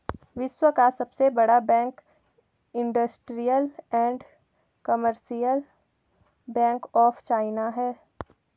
विश्व का सबसे बड़ा bank Industrial and Commercial Bank of China है